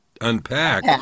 unpack